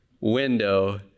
window